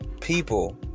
people